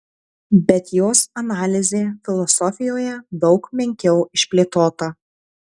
bet jos analizė filosofijoje daug menkiau išplėtota